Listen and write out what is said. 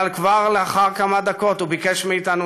אבל כבר לאחר כמה דקות הוא ביקש מאתנו